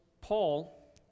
Paul